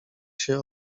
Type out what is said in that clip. się